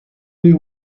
you